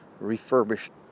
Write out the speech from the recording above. refurbished